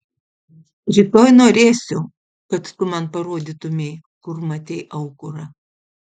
rytoj norėsiu kad tu man parodytumei kur matei aukurą